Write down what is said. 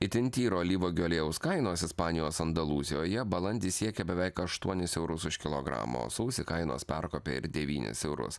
itin tyro alyvuogių aliejaus kainos ispanijos andalūzijoje balandį siekė beveik aštuonis eurus už kilogramą o sausį kainos perkopė ir devynis eurus